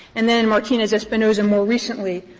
and then in martinez espinoza, more recently,